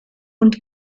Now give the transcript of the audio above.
und